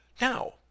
Now